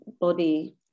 body